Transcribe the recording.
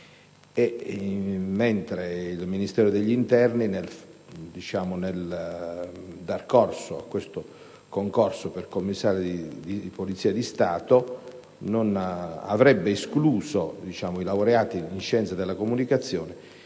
mentre il Ministero dell'interno, nel bandire questo concorso per commissari di Polizia di Stato, avrebbe escluso i laureati in scienze della comunicazione